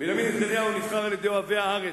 בנימין נתניהו נבחר על-ידי אוהבי הארץ,